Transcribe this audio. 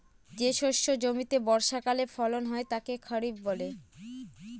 যে শস্য জমিতে বর্ষাকালে ফলন হয় তাকে খরিফ বলে